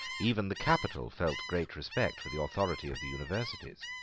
even the capital felt great respect for the authority of the universities,